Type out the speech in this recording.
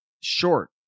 short